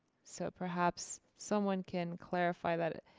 so perhaps someone can clarify that.